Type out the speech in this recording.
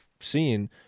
seen